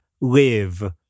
live